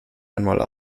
einmal